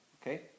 okay